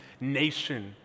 nation